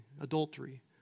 adultery